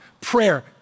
Prayer